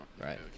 right